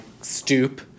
stoop